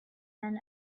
men